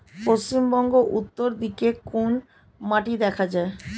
পশ্চিমবঙ্গ উত্তর দিকে কোন মাটি দেখা যায়?